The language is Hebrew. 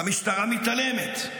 והמשטרה מתעלמת?